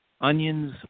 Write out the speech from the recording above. onions